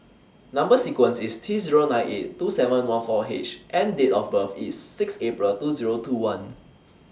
Number sequence IS T Zero nine eight two seven one four H and Date of birth IS six April two Zero two one